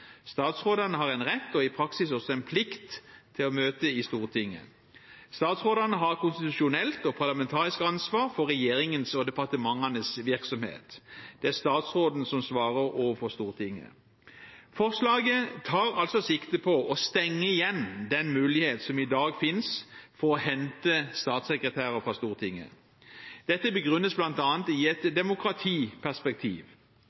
Statsrådene har en rett, og i praksis også en plikt, til å møte i Stortinget. Statsrådene har konstitusjonelt og parlamentarisk ansvar for regjeringens og departementenes virksomhet. Det er statsråden som svarer overfor Stortinget. Forslaget tar altså sikte på å stenge den mulighet som i dag finnes for å hente statssekretærer fra Stortinget. Dette begrunnes bl.a. i et